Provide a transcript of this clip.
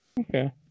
Okay